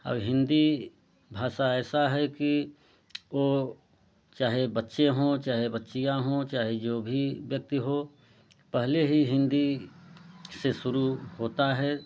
अब हिंदी भाषा ऐसा है कि वो चाहे बच्चे हों चाहे बच्चियाँ हों चाहे जो भी व्यक्ति हो पहले ही हिंदी से शुरू होता है